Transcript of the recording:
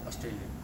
australian